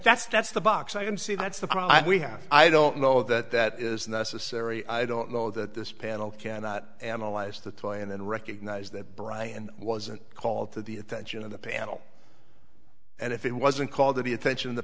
that's that's the box i can see that's the problem we have i don't know that that is necessary i don't know that this panel cannot analyze to try and recognise that brian wasn't called to the attention of the panel and if it wasn't called to the attention